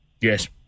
Yes